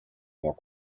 more